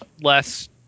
less